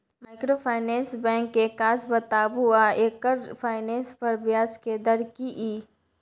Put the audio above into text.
Microfinance bank के काज बताबू आ एकर फाइनेंस पर ब्याज के दर की इ?